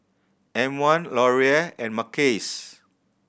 M One Laurier and Mackays